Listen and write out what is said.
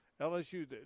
LSU –